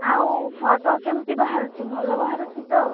ଆଉ ଫୋଟୋ କେମିତି ବାହାରୁଛି ଭଲ ବାହାରୁଛି ତ